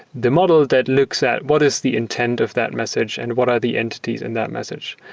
the model that looks at what is the intent of that message and what are the entities in that message.